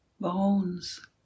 Bones